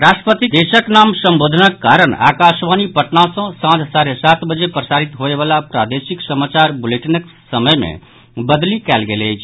राष्ट्रपतिक देशक नाम संबोधनक कारण आकाशवाणी पटना सँ सांझ साढ़े सात बजे प्रसारित होवयवाला प्रादेशिक समाचार बुलेटिनक समय मे बदलि कयल गेल अछि